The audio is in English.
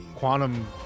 Quantum